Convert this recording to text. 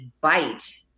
bite